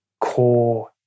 core